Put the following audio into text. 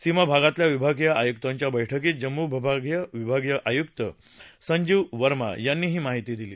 सीमा भागातल्या विभागीय आय्क्तांच्या बैठकीत जम्मू विभागाचे विभागीय आय्क्त संजीव वर्मा यांनी ही माहिती दिली